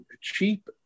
cheap